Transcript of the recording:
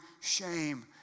shame